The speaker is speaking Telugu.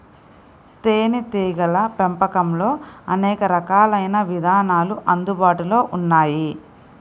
తేనీటీగల పెంపకంలో అనేక రకాలైన విధానాలు అందుబాటులో ఉన్నాయి